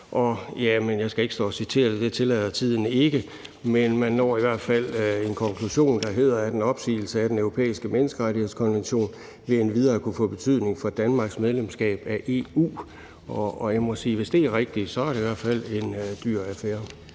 som jeg ikke skal stå og citere, for det tillader tiden ikke, men man når i hvert fald frem til den konklusion, at en opsigelse af Den Europæiske Menneskerettighedskonvention endvidere vil kunne få betydning for Danmarks medlemskab af EU. Jeg må sige, at hvis det er rigtigt, er det i hvert fald en dyr affære.